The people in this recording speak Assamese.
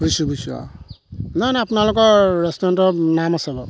বুজিছো বুজিছো অ' না না আপোনালোকৰ ৰেষ্টুৰেণ্টৰ নাম আছে বাৰু